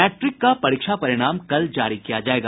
matric का परीक्षा परिणाम कल जारी किया जायेगा